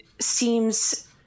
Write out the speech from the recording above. seems